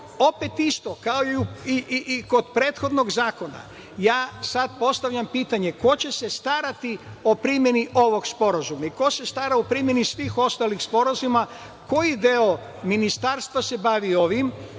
tome. Opet isto, kao i kod prethodnog zakona, ja sada postavljam pitanje – ko će se starati o primeni ovog sporazuma? Ko se stara o primeni svih ostalih sporazuma? Koji deo ministarstva se bavi ovim?